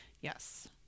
Yes